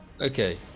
Okay